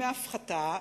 דמי הפחתה,